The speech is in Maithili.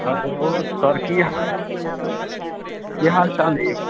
हेलो सर कि हाल समाचार कि हालचाल अइ यौ